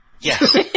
Yes